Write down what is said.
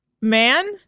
Man